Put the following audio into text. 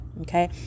Okay